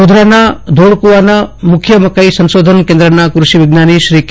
ગોધરાના ધોલકુવાના મુખ્ય મકાઈ સંશોધવ કેન્દ્રના કૃષિ વિજ્ઞાની શ્રી કે